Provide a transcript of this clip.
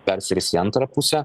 persiris į antrą pusę